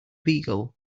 beagle